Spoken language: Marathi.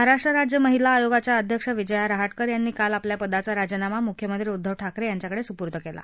महाराष्ट्र राज्य महिला आयोगाच्या अध्यक्ष विजया रहाटकर यांनी काल आपल्या पदाचा राजीनामा मुख्यमंत्री उद्धव ठाकरे यांच्याकडे सुपूर्द केला